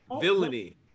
Villainy